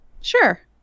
Sure